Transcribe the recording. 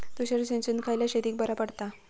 तुषार सिंचन खयल्या शेतीक बरा पडता?